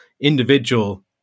individual